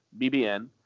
BBN